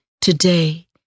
today